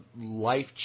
life